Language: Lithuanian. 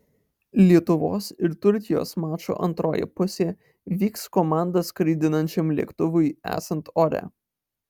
lietuvos ir turkijos mačo antroji pusė vyks komandą skraidinančiam lėktuvui esant ore